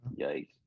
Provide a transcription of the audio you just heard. Yikes